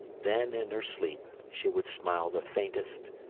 then in her sleep she would smile the faintest,